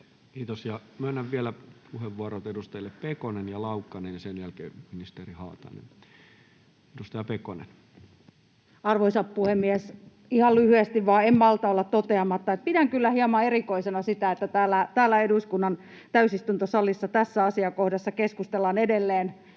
Kiitos. — Ja myönnän vielä puheenvuorot edustajille Pekonen ja Laukkanen, ja sen jälkeen ministeri Haatainen. — Edustaja Pekonen. Arvoisa puhemies! Ihan lyhyesti vain: En malta olla toteamatta, että pidän kyllä hieman erikoisena sitä, että täällä eduskunnan täysistuntosalissa tässä asiakohdassa keskustellaan edelleen